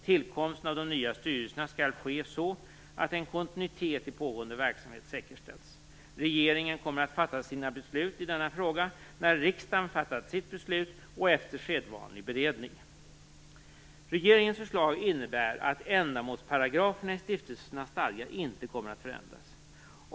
Tillkomsten av de nya styrelserna skall ske så att en kontinuitet i pågående verksamhet säkerställs. Regeringen kommer att fatta sina beslut i denna fråga när riksdagen fattat sitt beslut och efter sedvanlig beredning. Regeringens förslag innebär att ändamålsparagraferna i stiftelsernas stadgar inte kommer att förändras.